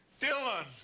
Dylan